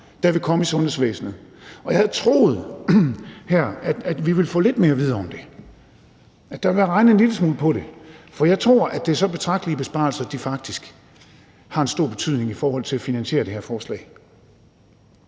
der vil komme i sundhedsvæsenet. Jeg havde troet, at vi her ville have fået lidt mere at vide om det, og at der var blevet regnet en lille smule på det, for jeg tror, at så betragtelige besparelser faktisk har en stor betydning i forhold til at finansiere det her forslag.